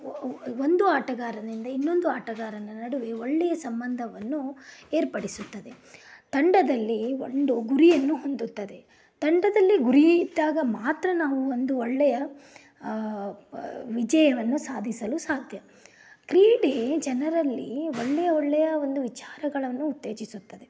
ಒಂದು ಆಟಗಾರನಿಂದ ಇನ್ನೊಂದು ಆಟಗಾರನ ನಡುವೆ ಒಳ್ಳೆಯ ಸಂಬಂಧವನ್ನು ಏರ್ಪಡಿಸುತ್ತದೆ ತಂಡದಲ್ಲಿ ಒಂದು ಗುರಿಯನ್ನು ಹೊಂದುತ್ತದೆ ತಂಡದಲ್ಲಿ ಗುರಿ ಇದ್ದಾಗ ಮಾತ್ರ ನಾವು ಒಂದು ಒಳ್ಳೆಯ ವಿಜಯವನ್ನು ಸಾಧಿಸಲು ಸಾಧ್ಯ ಕ್ರೀಡೆ ಜನರಲ್ಲಿ ಒಳ್ಳೆಯ ಒಳ್ಳೆಯ ಒಂದು ವಿಚಾರಗಳನ್ನು ಉತ್ತೇಜಿಸುತ್ತದೆ